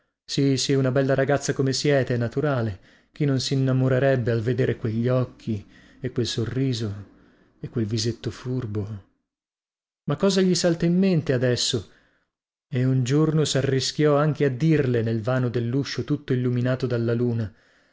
sì sì una bella ragazza come siete è naturale chi non si innamorerebbe al vedere quegli occhi e quel sorriso e quel visetto furbo ma cosa gli salta in mente adesso e un giorno sarrischiò anche a dirle nel vano delluscio tutto illuminato dalla luna